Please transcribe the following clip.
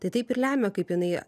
tai taip ir lemia kaip jinai